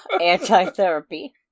Anti-therapy